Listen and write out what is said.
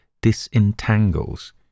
disentangles